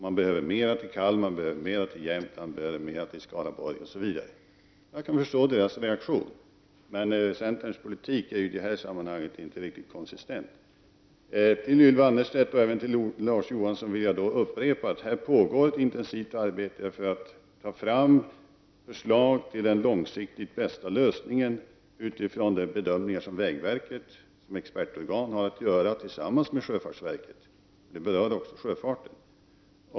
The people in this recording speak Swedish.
Man behöver mer i Kalmar, i Jämtland, i Skaraborg osv. Jag kan förstå deras reaktion, men centerns politik i detta sammanhang är inte konsistent. Till Ylva Annerstedt och även till Larz Johansson vill jag upprepa att här pågår ett intensivt arbete för att ta fram förslag till den långsiktigt bästa lösningen utifrån de bedömningar som vägverket såsom expertorgan har att göra tillsammans med sjöfartsverket — detta berör också sjöfarten.